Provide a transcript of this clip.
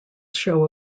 show